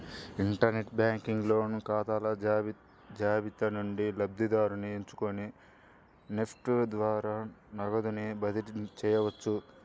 inter net banking లోని ఖాతాల జాబితా నుండి లబ్ధిదారుని ఎంచుకొని నెఫ్ట్ ద్వారా నగదుని బదిలీ చేయవచ్చు